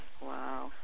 Wow